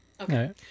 okay